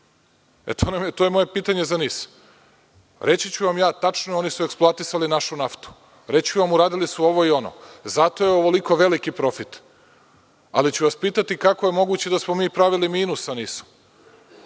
je moje pitanje za NIS. Reći ću vam ja tačno, oni su eksploatisali našu naftu. Reći ću vam uradili su ovo i ono. Zato je ovoliko veliki profit, ali ću vas pitati kako je moguće da smo mi pravili minus sa NIS-om